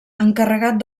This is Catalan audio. encarregat